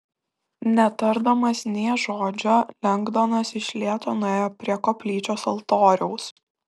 netardamas nė žodžio lengdonas iš lėto nuėjo prie koplyčios altoriaus